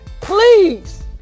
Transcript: Please